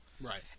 Right